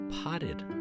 Potted